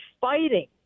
fighting